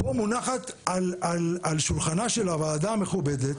פה מונחת על שולחנה של הוועדה המכובדת